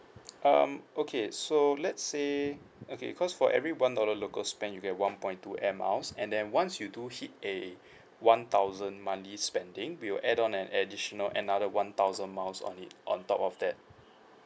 um okay so let's say okay cause for every one dollar local spent you get one point two air miles and then once you do hit a one thousand monthly spending we will add on an additional another one thousand miles on it on top of that